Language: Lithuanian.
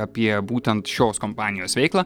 apie būtent šios kompanijos veiklą